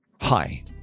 Hi